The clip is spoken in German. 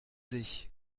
sich